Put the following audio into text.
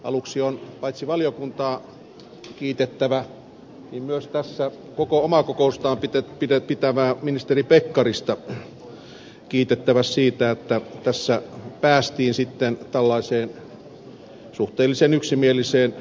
aluksi on kiitettävä paitsi valiokuntaa myös koko omaa kokoustaan pitävää ministeri pekkarista siitä että tässä päästiin sitten tällaiseen suhteellisen yksimieliseen lopputulokseen